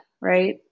Right